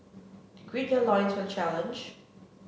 they gird their loins for the challenge